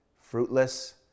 fruitless